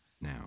now